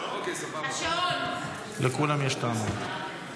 לכולם יש טענות.